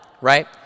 right